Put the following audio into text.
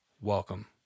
welcome